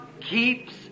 keeps